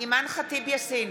אימאן ח'טיב יאסין,